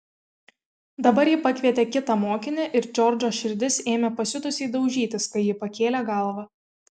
dabar ji pakvietė kitą mokinį ir džordžo širdis ėmė pasiutusiai daužytis kai ji pakėlė galvą